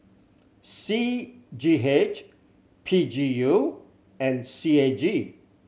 C G H P G U and C A G